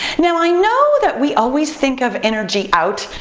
now, i know that we always think of energy out,